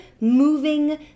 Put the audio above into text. moving